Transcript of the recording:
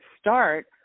start